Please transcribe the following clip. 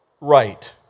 right